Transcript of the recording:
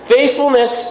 Faithfulness